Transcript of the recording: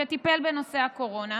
שטיפל בנושא הקורונה,